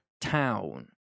town